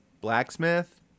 Blacksmith